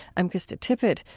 i'm krista tippett.